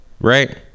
Right